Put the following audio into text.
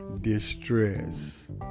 distress